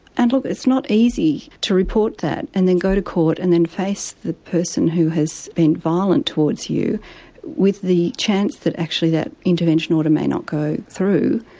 and it's not easy to report that, and then go to court and then face the person who has been violent towards you with the chance that actually that intervention order may not go through.